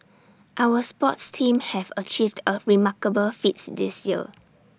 our sports teams have achieved A remarkable feats this year